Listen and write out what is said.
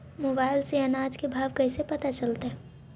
Mobile से अनाज के भाव कैसे पता चलतै?